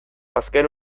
azken